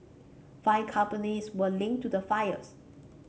five companies were linked to the fires